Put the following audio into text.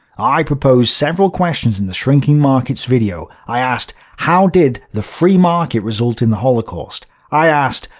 i proposed several questions in the shrinking markets video. i asked, how did the free market result in the holocaust? i asked,